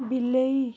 ବିଲେଇ